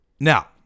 Now